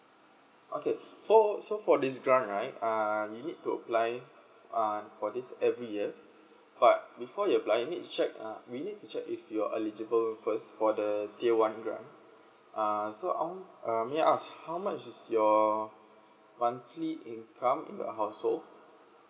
okay for so for this grant right uh you need to apply uh for this every year but before you apply I need to check we need to check if you're eligible first for the tier one grant uh so how uh may I ask how much is your monthly income in your household